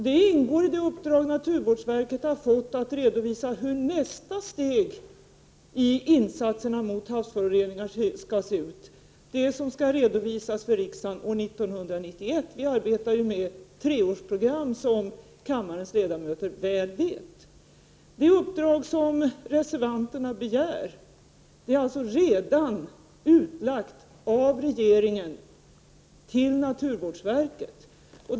Det ingår i det uppdrag naturvårdsverket fått att redovisa hur nästa steg i insatserna mot havsföroreningarna skall se ut. Detta skall redovisas för riksdagen år 1991 — vi arbetar ju med treårsprogram, som kammarens ledamöter väl vet. Det uppdrag som reservanterna begär är alltså redan utlagt av regeringen till naturvårdsverket.